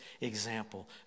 example